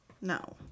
No